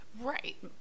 Right